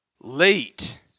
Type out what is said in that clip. late